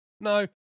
no